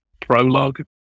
Prologue